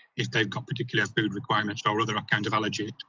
if they've got particular food requirements, or other kind of allergy?